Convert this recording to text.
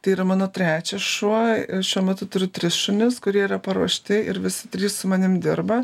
tai yra mano trečias šuo šiuo metu turiu tris šunis kurie yra paruošti ir visi trys su manim dirba